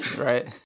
right